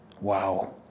Wow